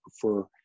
prefer